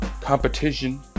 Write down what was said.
competition